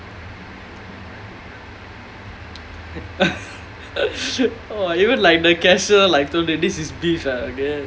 !whoa! even like the cashier like told you this is beef ah okay